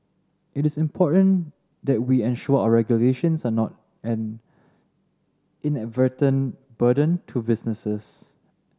it is important that we ensure our regulations are not an inadvertent burden to businesses